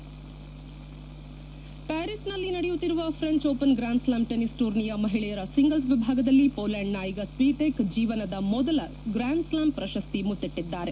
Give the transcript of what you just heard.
head ಪ್ಕಾರಿಸ್ನಲ್ಲಿ ನಡೆಯುತ್ತಿರುವ French Open grand slam tennis ಟೂರ್ನಿಯ ಮಹಿಳೆಯರ ಸಿಂಗಲ್ಲ್ ವಿಭಾಗದಲ್ಲಿ ಪೋಲೆಂಡ್ನ ಐಗಾ ಸ್ವೀಟೆಕ್ ಜೀವನದ ಮೊದಲ ಗ್ರ್ಹ್ಹನ್ ಸ್ಲಾಮ್ ಪ್ರಶಸ್ತಿಗೆ ಮುತ್ತಿಟ್ಟದ್ದಾರೆ